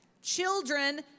Children